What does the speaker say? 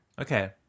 Okay